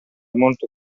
molto